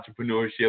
entrepreneurship